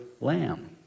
lamb